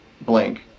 blank